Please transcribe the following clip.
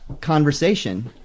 conversation